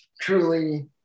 truly